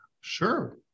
sure